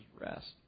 rest